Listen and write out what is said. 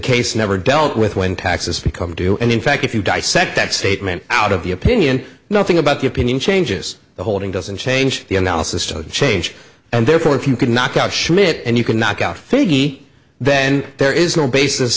case never dealt with when taxes become due and in fact if you dissect that statement out of the opinion nothing about the opinion changes the holding doesn't change the analysis to change and therefore if you could knock out schmidt and you could knock out figgy then there is no basis